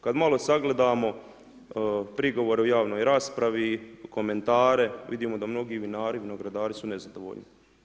Kad malo sagledamo prigovore u javnoj raspravi i komentare, vidimo da mnogi vinari i vinogradari su nezadovoljni.